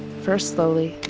first slowly.